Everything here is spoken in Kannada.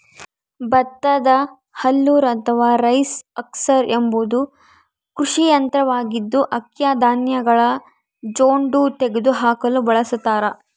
ಭತ್ತದ ಹಲ್ಲರ್ ಅಥವಾ ರೈಸ್ ಹಸ್ಕರ್ ಎಂಬುದು ಕೃಷಿ ಯಂತ್ರವಾಗಿದ್ದು, ಅಕ್ಕಿಯ ಧಾನ್ಯಗಳ ಜೊಂಡು ತೆಗೆದುಹಾಕಲು ಬಳಸತಾರ